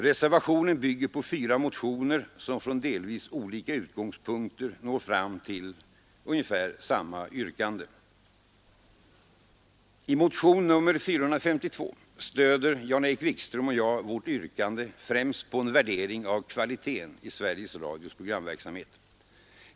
Reservationen bygger på fyra motioner, som från delvis olika utgångspunkter når fram till ungefär samma yrkande. I motionen 452 stöder Jan-Erik Wikström och jag vårt yrkande främst på en värdering av kvaliteten i Sveriges Radios programverksamhet.